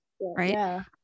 Right